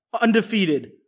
undefeated